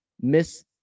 miss